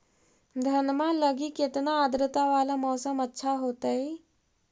धनमा लगी केतना आद्रता वाला मौसम अच्छा होतई?